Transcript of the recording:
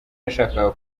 yashakaga